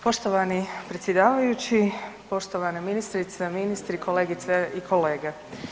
Poštovani predsjedavajući, poštovani ministrice, ministri, kolegice i kolege.